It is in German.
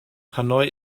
hanoi